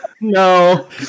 No